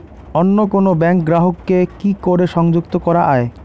অন্য কোনো ব্যাংক গ্রাহক কে কি করে সংযুক্ত করা য়ায়?